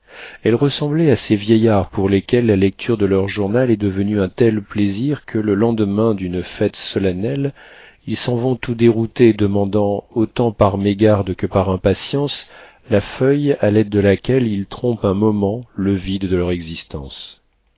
elle ressemblait à ces vieillards pour lesquels la lecture de leur journal est devenue un tel plaisir que le lendemain d'une fête solennelle ils s'en vont tout déroutés demandant autant par mégarde que par impatience la feuille à l'aide de laquelle ils trompent un moment le vide de leur existence